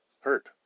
hurt